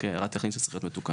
רק הערה טכנית שצריך להיות מתוקן.